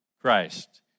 Christ